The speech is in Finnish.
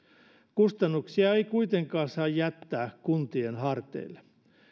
kustannuksia ei kuitenkaan saa jättää kuntien harteille